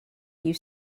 you